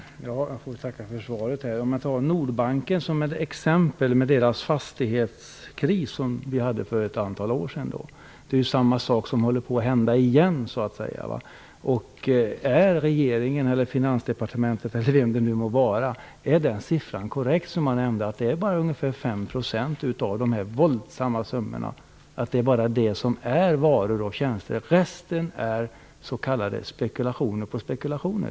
Fru talman! Jag får väl tacka för svaret. Jag kan ta Nordbanken som ett exempel. Banken hade en fastighetskris för ett antal år sedan. Samma sak håller på att hända igen. Är siffran som kommer från regeringen eller Finansdepartementet eller varifrån den nu kommer korrekt? Är det bara ungefär 5 % av dessa enorma summor som utgörs av varor och tjänster medan resten är s.k. spekulationer på spekulationer?